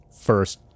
first